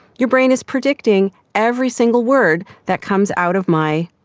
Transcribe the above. your brain is predicting every single word that comes out of my,